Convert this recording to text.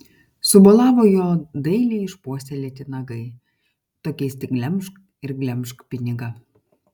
subolavo jo dailiai išpuoselėti nagai tokiais tik glemžk ir glemžk pinigą